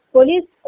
Police